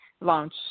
launch